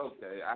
Okay